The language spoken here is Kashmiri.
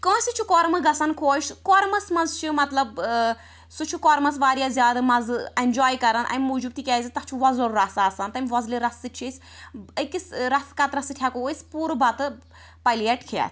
کٲنٛسہِ چھُ کۄرمہٕ گَژھان خۄش کۄرمَس مَنٛز چھِ مطلب ٲں سُہ چھُ کۄرمَس واریاہ زیادٕ مَزٕ ایٚنجواے کران اَمہِ موٗجوب تِکیٛازِ تَتھ چھُ وۄزُل رَس آسان تَمہِ وۄزلہِ رَسہٕ سۭتۍ چھِ أسۍ أکِس ٲں رَس قَطرَس سۭتۍ ہیٚکو أسۍ پوٗرٕ بَتہٕ پلیٹ کھیٚتھ